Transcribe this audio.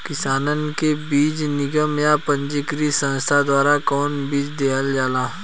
किसानन के बीज निगम या पंजीकृत संस्था द्वारा कवन बीज देहल जाला?